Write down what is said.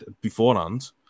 beforehand